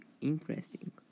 interesting